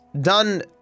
done